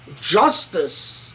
justice